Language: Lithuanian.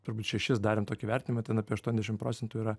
turbūt šešis darėm tokį vertinimą ten apie aštuoniasdešim procentų yra